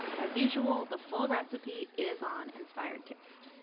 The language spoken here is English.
as usual, the full recipe is on inspired taste.